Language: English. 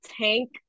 tank